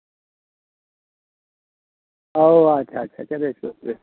ᱚ ᱟᱪᱪᱷᱟ ᱟᱪᱪᱷᱟ ᱟᱪᱪᱷᱟ ᱵᱮᱥ ᱵᱮᱥ